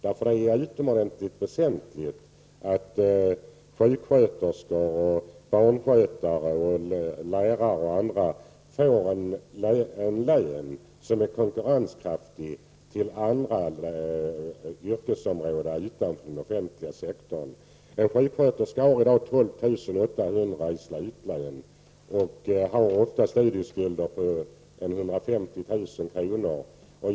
Det är utomordentligt väsentligt att sjuksköterskor, barnskötare, lärare och andra får en lön som är konkurrenskraftig jämfört med andra yrkesområden utanför den offentliga sektorn. En sjuksköterska har i dag 12 800 i slutlön. Hon har oftast studieskulder på 150 000 kr.